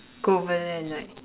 go over there and like